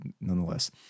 nonetheless